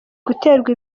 guterwa